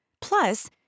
Plus